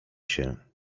się